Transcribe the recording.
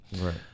Right